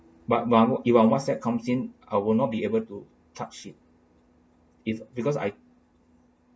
but my what~ if my whatsapp comes in I will not be able to touch it if because I